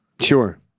Sure